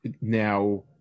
now